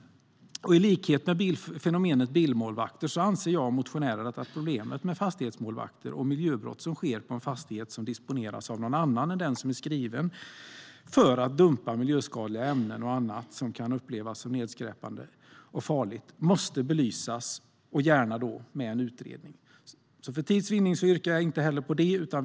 Jag och motionären anser att, i likhet med fenomenet bilmålvakter, problemet med fastighetsmålvakter och miljöbrott som sker på en fastighet som disponeras av någon annan än den som den är skriven på för att dumpa miljöskadliga ämnen och annat som kan upplevas som nedskräpande och farligt måste belysas, gärna med en utredning. För tids vinnande yrkar jag inte heller på detta.